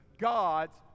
God's